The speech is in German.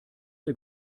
der